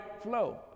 flow